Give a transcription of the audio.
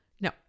No